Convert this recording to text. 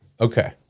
okay